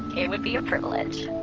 it would be a privilege